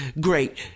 great